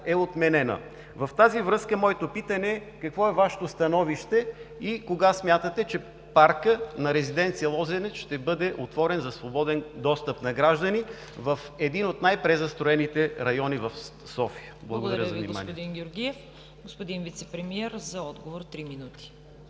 е отменена. В тази връзка моето питане е: какво е Вашето становище и кога смятате, че паркът на резиденция „Лозенец“ ще бъде отворен за свободен достъп на граждани в един от най-презастроените райони в София? Благодаря Ви, за вниманието.